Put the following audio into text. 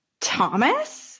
Thomas